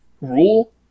Rule